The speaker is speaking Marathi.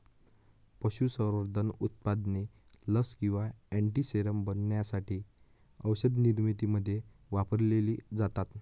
पशुसंवर्धन उत्पादने लस किंवा अँटीसेरम बनवण्यासाठी औषधनिर्मितीमध्ये वापरलेली जातात